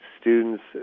students